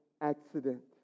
accident